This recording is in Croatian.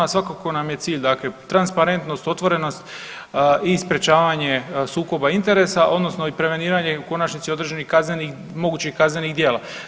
A svakako nam je cilj dakle transparentnost, otvorenost i sprječavanje sukoba interesa odnosno i preveniranje i u konačnici određenih kaznenih mogućih kaznenih djela.